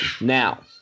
Now